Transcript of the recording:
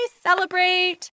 celebrate